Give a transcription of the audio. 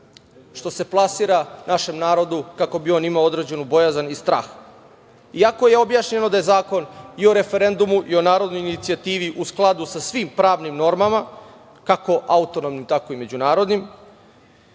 što se plasira našem narodu kako bi on imao određenu bojazan i strah. Iako je objašnjeno da je i Zakon o referendumu i Zakon o narodnoj inicijativi u skladu sa svim pravnim normama, kako autonomnim, tako i međunarodnim,